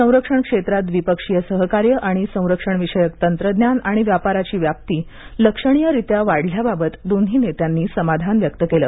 संरक्षण क्षेत्रात द्विपक्षीय सहकार्य आणि संरक्षणविषयक तंत्रज्ञान आणि व्यापाराची व्याप्ती लक्षणीयरीत्या वाढल्याबाबत दोन्ही नेत्यानी समाधान व्यक्त केलं